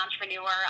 entrepreneur